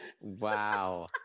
Wow